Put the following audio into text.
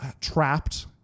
trapped